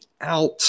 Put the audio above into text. out